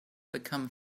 become